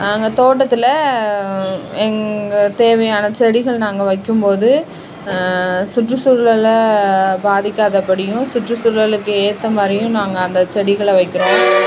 நாங்கள் தோட்டத்தில் எங்கள் தேவையான செடிகள் நாங்கள் வைக்கும் போது சுற்றுச்சூழலை பாதிக்காத படியும் சுற்றுச்சூழலுக்கு ஏற்ற மாதிரியும் நாங்கள் அந்த செடிகளை வைக்கிறோம்